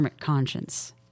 conscience